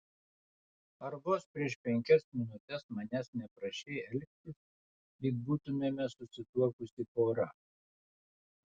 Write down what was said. ar vos prieš penkias minutes manęs neprašei elgtis lyg būtumėme susituokusi pora